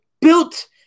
built